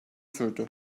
sürdü